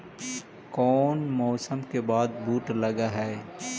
कोन मौसम के बाद बुट लग है?